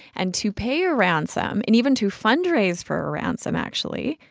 and to pay a ransom and even to fundraise for a ransom, actually,